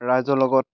ৰাইজৰ লগত